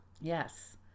Yes